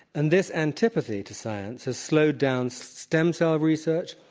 and this antipathy to science has slowed down stem cell research,